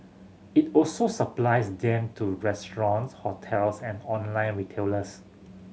it also supplies them to restaurants hotels and online retailers